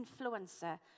influencer